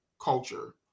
culture